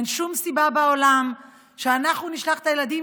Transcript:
אין שום סיבה בעולם שאנחנו נשלח את הילדים